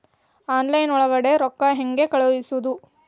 Online ಒಳಗಡೆ ರೊಕ್ಕ ಹೆಂಗ್ ಕಳುಹಿಸುವುದು?